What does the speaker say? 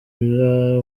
müller